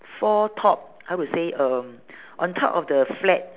four top I would say um on top of the flag